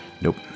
Nope